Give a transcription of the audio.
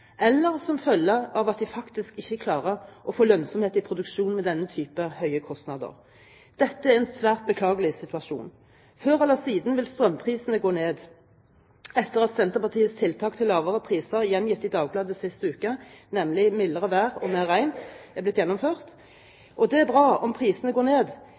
eller som følge av at de faktisk ikke klarer å få lønnsomhet i produksjonen med slike høye kostnader. Dette er en svært beklagelig situasjon. Før eller siden vil strømprisene gå ned – etter at Senterpartiets tiltak for lavere priser, gjengitt i Dagbladet sist uke, nemlig mildere vær og mer regn, er blitt gjennomført. Det er bra om prisene går ned,